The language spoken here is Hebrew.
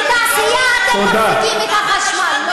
לתעשייה אתם מפסיקים את החשמל.